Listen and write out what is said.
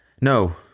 no